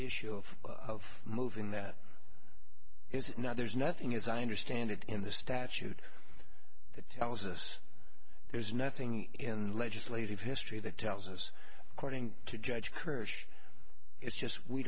issue of moving that is now there's nothing as i understand it in the statute that tells us there's nothing in the legislative history that tells us according to judge kirsch it's just we